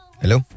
Hello